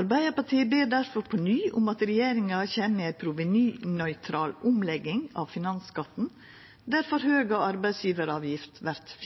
Arbeidarpartiet ber difor på ny om at regjeringa kjem med ei provenynøytral omlegging av finansskatten, der forhøgd arbeidsgjevaravgift vert